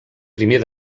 primer